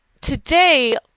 today